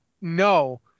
no